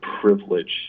privilege